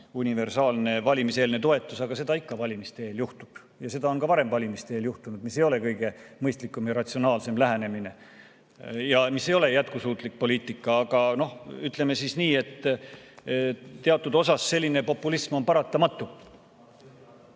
universaalse valimiseelse toetuse, aga seda ikka valimiste eel juhtub ja seda on ka varem valimiste eel juhtunud. See ei ole kõige mõistlikum ja ratsionaalsem lähenemine ega jätkusuutlik poliitika, aga ütleme siis nii, et teatud osas selline populism on paratamatu.